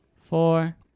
four